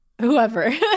Whoever